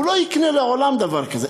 הוא לא יקנה לעולם דבר כזה.